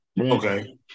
Okay